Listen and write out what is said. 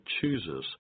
chooses